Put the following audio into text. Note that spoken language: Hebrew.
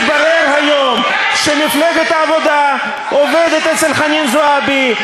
מתברר היום שמפלגת העבודה עובדת אצל חנין זועבי,